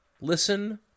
listen